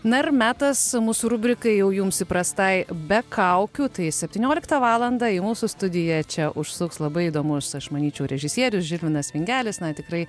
na ir metas mūsų rubrikai jau jums įprastai be kaukių tai septynioliktą valandą į mūsų studiją čia užsuks labai įdomus aš manyčiau režisierius žilvinas vingelis na tikrai